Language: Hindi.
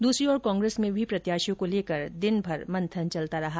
दूसरी ओर कांग्रेस में भी प्रत्याशियों को लेकर दिनभर मंथन चलता रहा